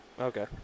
Okay